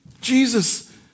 Jesus